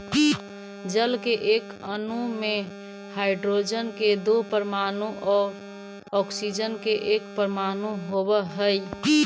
जल के एक अणु में हाइड्रोजन के दो परमाणु आउ ऑक्सीजन के एक परमाणु होवऽ हई